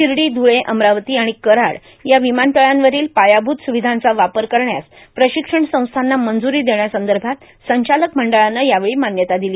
शिर्डी ध्रळे अमरावती आणि कराड या विमानतळांवरील पायाभूत स्रविधांचा वापर करण्यास प्रशिक्षण संस्थांना देण्यासंदर्भात संचालक मंडळानं यावेळी मान्यता दिली